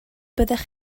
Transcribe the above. byddech